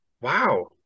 Wow